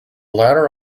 ladder